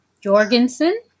Jorgensen